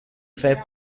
fait